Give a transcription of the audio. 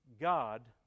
God